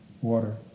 water